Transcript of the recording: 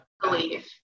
believe